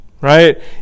right